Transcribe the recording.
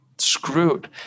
screwed